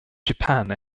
japan